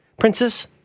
Princess